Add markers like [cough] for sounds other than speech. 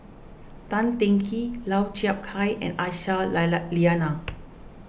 Tan Teng Kee Lau Chiap Khai and Aisyah [unintelligible] Lyana